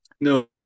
No